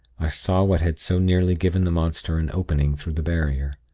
i saw what had so nearly given the monster an opening through the barrier.